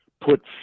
put